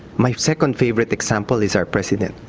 my second favourite example is our president.